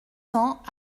cents